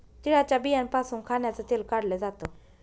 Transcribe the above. तिळाच्या बियांपासून खाण्याचं तेल काढल जात